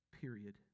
period